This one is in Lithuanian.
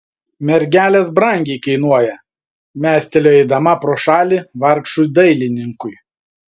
mergelės brangiai kainuoja mestelėjo eidama pro šalį vargšui dailininkui